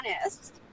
honest